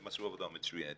הם עשו עבודה מצוינת.